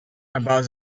about